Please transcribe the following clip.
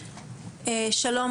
שלום